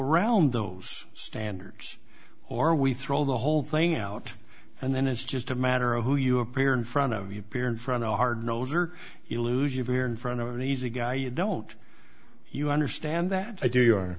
around those standards or we throw the whole thing out and then it's just a matter of who you appear in front of you appear in front of a hard nose or illusion here in front of an easy guy you don't you understand that i do